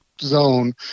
zone